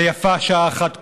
ויפה שעה אחת קודם.